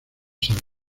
saga